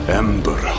ember